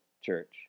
church